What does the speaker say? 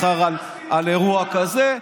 מחר על אירוע כזה,